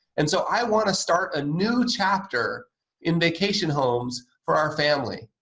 and so, i want to start a new chapter in vacation homes for our family.